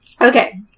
Okay